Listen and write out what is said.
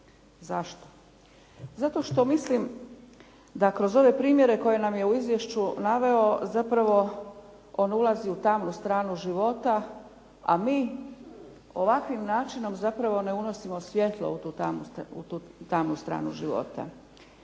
Zašto? Zato što mislim da kroz ove primjere koje nam je u izvješću naveo zapravo on ulazi u tamnu stranu života, a mi ovakvim načinom zapravo ne unosimo svjetlo u tu tamnu stranu života.